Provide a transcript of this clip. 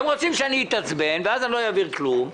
הם רוצים שאני אתעצבן ואז לא אעביר כלום,